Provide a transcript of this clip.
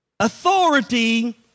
Authority